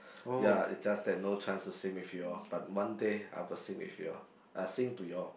ya it's just that no chance to sing with you all but one day I will sing with you all sing to you all